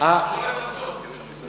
אסור לפרסום.